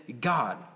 God